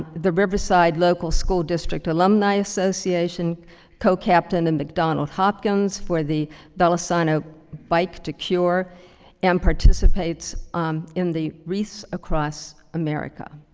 the riverside local school district alumni association co-captain at and mcdonald hopkins for the velosano bike to cure and participates in the wreaths across america.